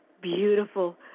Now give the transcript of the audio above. beautiful